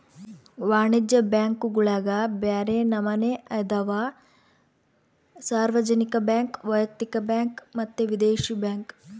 ವಾಣಿಜ್ಯ ಬ್ಯಾಂಕುಗುಳಗ ಬ್ಯರೆ ನಮನೆ ಅದವ, ಸಾರ್ವಜನಿಕ ಬ್ಯಾಂಕ್, ವೈಯಕ್ತಿಕ ಬ್ಯಾಂಕ್ ಮತ್ತೆ ವಿದೇಶಿ ಬ್ಯಾಂಕ್